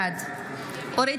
בעד אורית